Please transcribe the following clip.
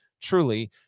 truly